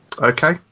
Okay